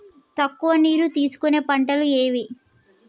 తక్కువ నీరు తీసుకునే పంటలు ఏవి?